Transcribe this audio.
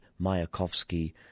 Mayakovsky